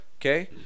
okay